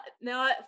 no